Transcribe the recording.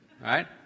right